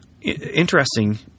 Interesting